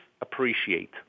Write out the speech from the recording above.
appreciate